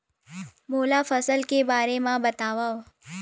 मोला फसल के बारे म बतावव?